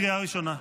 קריאה ראשונה.